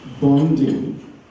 bonding